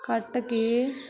ਕੱਟ ਕੇ